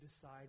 decide